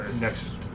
next